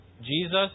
Jesus